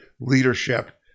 leadership